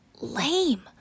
lame